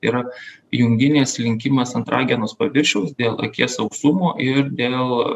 yra junginės slinkimas ant ragenos paviršiaus dėl akies auksumo ir dėl